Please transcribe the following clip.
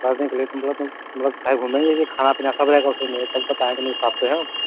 बाद में मतलब ख़ाली घूमना ही कि खाना पीना सब रहेगा उसी में